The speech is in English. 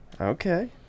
Okay